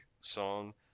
song